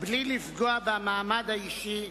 בלי לפגוע במעמד האישי,